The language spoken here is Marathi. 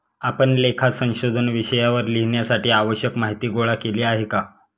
आपण लेखा संशोधन विषयावर लिहिण्यासाठी आवश्यक माहीती गोळा केली आहे का?